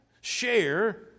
Share